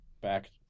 back